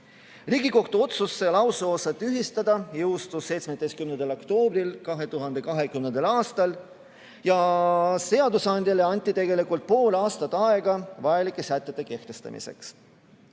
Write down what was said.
Riigikohtu otsus see lauseosa tühistada jõustus 17. oktoobril 2020. aastal ja seadusandjale anti tegelikult pool aastat aega vajalike sätete kehtestamiseks.